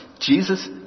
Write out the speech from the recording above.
Jesus